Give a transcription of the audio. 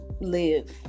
live